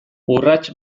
urrats